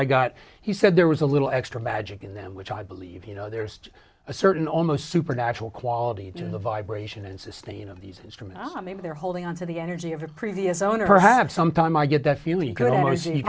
i got he said there was a little extra magic in them which i believe you know there's a certain almost supernatural quality to the vibration and sustain of these instruments maybe they're holding on to the energy of the previous owner perhaps sometime i get that feeling